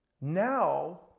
now